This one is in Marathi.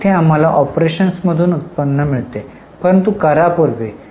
येथे आम्हाला ऑपरेशन्समधून उत्पन्न मिळते परंतु करापूर्वी